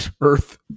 Earth